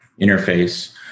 interface